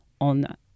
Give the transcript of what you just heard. on